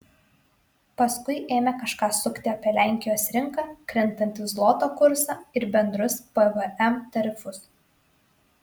paskui ėmė kažką sukti apie lenkijos rinką krintantį zloto kursą ir bendrus pvm tarifus